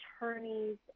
Attorneys